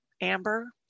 amber